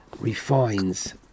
refines